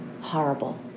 horrible